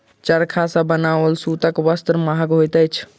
चरखा सॅ बनाओल सूतक वस्त्र महग होइत अछि